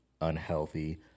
unhealthy